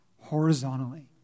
horizontally